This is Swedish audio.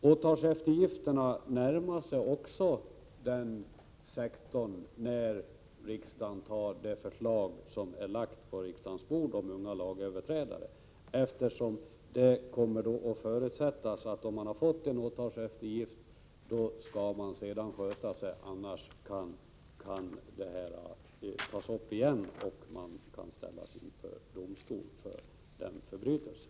Åtalseftergifterna närmar sig också den karaktären, om riksdagen antar det förslag beträffande unga lagöverträdare som är förelagt riksdagen. Enligt detta förslag förutsätts att man måste sköta sig om man har fått en åtalseftergift, annars kan målet tas upp igen och man kan ställas inför rätta för denna förbrytelse.